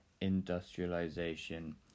industrialization